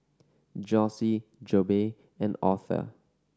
Jossie Jobe and Author